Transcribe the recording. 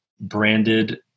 branded